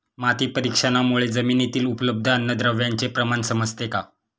माती परीक्षणामुळे जमिनीतील उपलब्ध अन्नद्रव्यांचे प्रमाण समजते का?